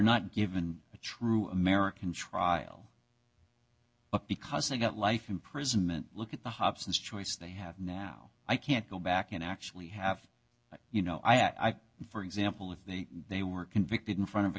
not given a true american trial but because they got life imprisonment look at the hobson's choice they have now i can't go back and actually have you know i for example if they they were convicted in front of a